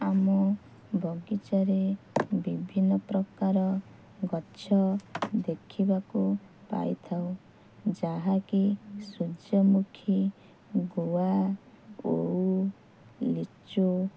ଆମ ବଗିଚାରେ ବିଭିନ୍ନ ପ୍ରକାର ଗଛ ଦେଖିବାକୁ ପାଇଥାଉ ଯାହାକି ସୂର୍ଯ୍ୟମୁଖୀ ଗୁଆ ଓଉ ଲିଚୁ